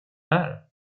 här